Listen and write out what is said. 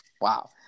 Wow